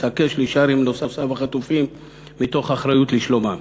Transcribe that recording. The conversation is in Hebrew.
התעקש להישאר עם נוסעיו החטופים מתוך אחריות לשלומם.